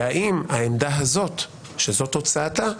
והאם העמדה הזו שזו תוצאתה,